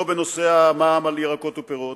לא בנושא המע"מ על ירקות ופירות